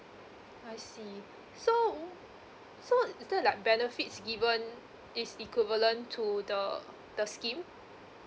I see so mm so is there like benefits given is equivalent to the the scheme